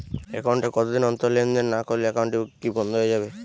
Account এ কতদিন অন্তর লেনদেন না করলে একাউন্টটি কি বন্ধ হয়ে যাবে?